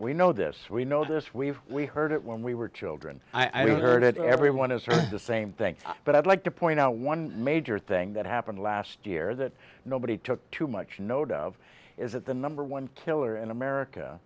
we know this we know this we've we heard it when we were children i heard it everyone has heard the same thing but i'd like to point out one major thing that happened last year that nobody took too much note of is that the number one killer in america